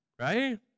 right